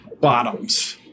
bottoms